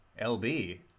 LB